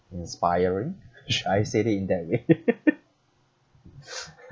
inspiring should I said it in that way